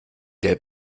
der